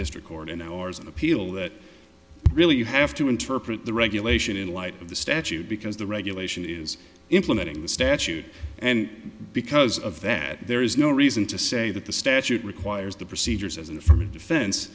district court in ours an appeal that really you have to interpret the regulation in light of the statute because the regulation is implementing the statute and because of that there is no reason to say that the statute requires the procedures as in from a defense